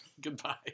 Goodbye